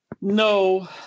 No